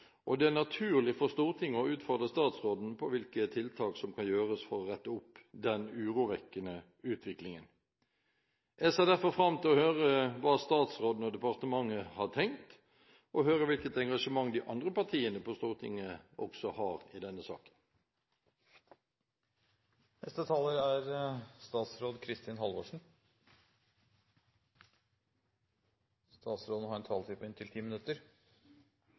og det er naturlig for Stortinget å utfordre statsråden på hvilke tiltak som kan gjøres for å rette opp den urovekkende utviklingen. Jeg ser derfor fram til å høre hva statsråden og departementet har tenkt, og til å høre hvilket engasjement de andre partiene på Stortinget har i denne saken. Representanten Harberg tar opp viktige elementer ved skolen: hvordan kunnskap er